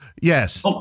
Yes